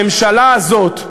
הממשלה הזאת,